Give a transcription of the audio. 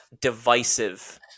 divisive